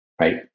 right